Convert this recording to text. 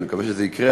אני מקווה שזה יקרה,